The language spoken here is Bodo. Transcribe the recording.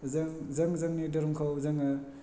जों जों जोंनि धोरोमखौ जोङो